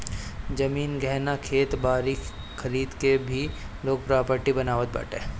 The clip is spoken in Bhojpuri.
जमीन, गहना, खेत बारी खरीद के भी लोग प्रापर्टी बनावत बाटे